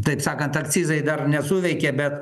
taip sakant akcizai dar nesuveikė bet